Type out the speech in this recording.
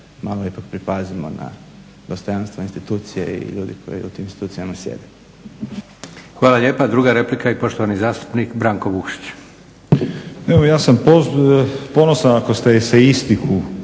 malo ipak pripazimo na dostojanstvo institucije i ljudi koji u tim institucijama sjede. **Leko, Josip (SDP)** Hvala lijepa. Druga replika i poštovani zastupnik Branko Vukšić. **Vukšić, Branko (Hrvatski